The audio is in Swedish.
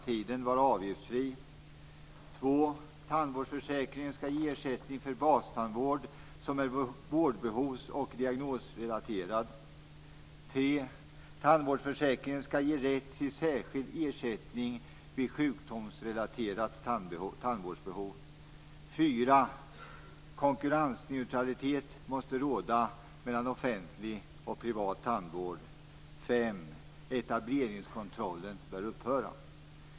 Tandvårdsförsäkringen skall ge ersättning för bastandvård som är vårdbehovs och diagnosrelaterad. 3. Tandvårdsförsäkringen skall ge rätt till särskild ersättning vid sjukdomsrelaterat tandvårdsbehov. 4. Konkurrensneutralitet måste råda mellan offentlig och privat tandvård.